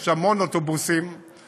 יש המון אוטובוסים, הסעות.